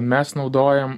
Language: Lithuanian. mes naudojam